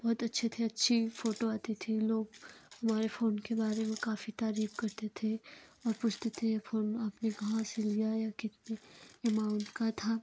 बहुत अच्छे थे अच्छी फोटो आती थी लोग हमारे फ़ोन के बारे में काफ़ी तारीफ करते थे और पूछते थे ये फ़ोन आपने कहाँ से लिया है या कितने अमाउंट का था